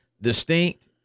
distinct